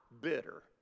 bitter